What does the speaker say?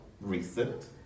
recent